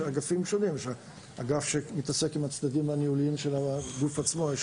יש אגף שעוסק עם הצדדים הניהוליים של הגוף עצמו,